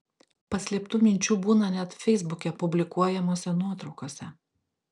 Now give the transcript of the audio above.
paslėptų minčių būna net feisbuke publikuojamose nuotraukose